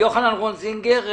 יוחנן רון זינגר,